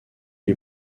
les